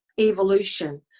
evolution